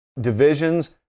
Divisions